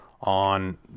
on